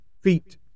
feet